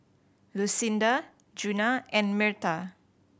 Lucinda Djuna and Myrta